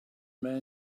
man